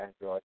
Android